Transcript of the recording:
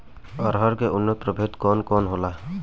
अरहर के उन्नत प्रभेद कौन कौनहोला?